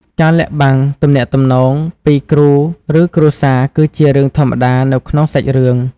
ការលាក់បាំងទំនាក់ទំនង ពីគ្រូឬគ្រួសារគឺជារឿងធម្មតានៅក្នុងសាច់រឿង។